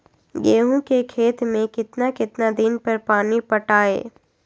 गेंहू के खेत मे कितना कितना दिन पर पानी पटाये?